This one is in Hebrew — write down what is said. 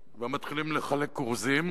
ומתחילים לחלק כרוזים,